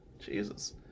Jesus